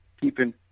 keeping